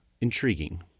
intriguing